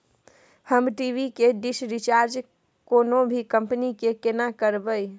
हम टी.वी के dish recharge कोनो भी कंपनी के केना करबे?